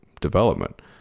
development